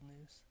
news